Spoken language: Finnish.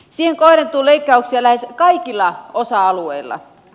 siihen kohdentuu leikkauksia lähes kaikilla osa alueilla